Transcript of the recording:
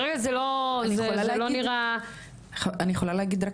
אני יכולה להגיד רק